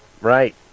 right